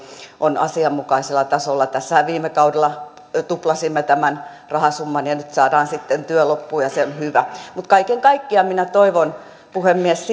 on asianmukaisella tasolla tässähän viime kaudella tuplasimme tämän rahasumman ja nyt saadaan sitten työ loppuun ja se on hyvä mutta kaiken kaikkiaan minä toivon puhemies